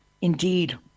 Indeed